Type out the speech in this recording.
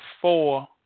four